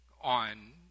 on